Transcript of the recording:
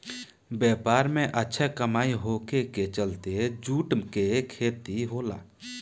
व्यापार में अच्छा कमाई होखे के चलते जूट के खेती होला